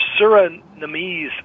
Surinamese